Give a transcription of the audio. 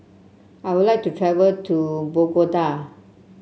I would like to travel to Bogota